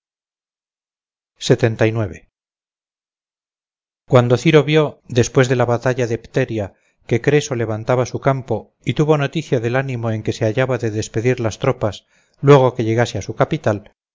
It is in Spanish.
cuando ciro vio después de la batalla de pteria que creso levantaba su campo y tuvo noticia del ánimo en que se hallaba de despedir las tropas luego que llegase a su capital